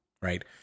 right